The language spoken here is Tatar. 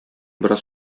бераз